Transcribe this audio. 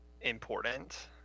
Important